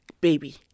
baby